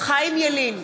חיים ילין,